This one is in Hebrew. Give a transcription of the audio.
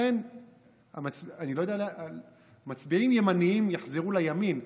לכן מצביעים ימנים יחזרו לימין,